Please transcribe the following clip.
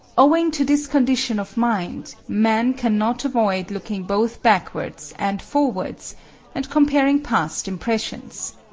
owing to this condition of mind, man cannot avoid looking both backwards and forwards and comparing past impressions.